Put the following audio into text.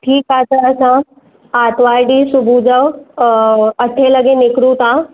ठीकु आहे त असां आरतवारु ॾींहुं सुबुह जो अठे लॻे निकरूं था